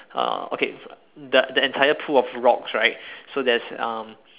uh okay the the entire pool of rocks right so there's um